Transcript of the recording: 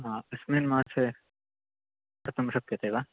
हा अस्मिन् मासे कर्तुं शक्यते वा